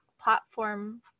platform